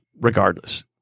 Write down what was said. regardless